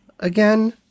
Again